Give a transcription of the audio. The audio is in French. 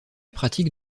pratique